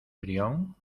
brión